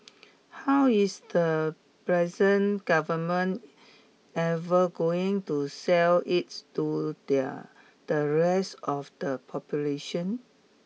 how is the present government ever going to sell it to the the rest of the population